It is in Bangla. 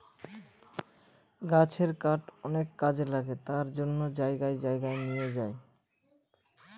গাছের কাঠ অনেক কাজে লাগে তার জন্য জায়গায় জায়গায় নিয়ে যায়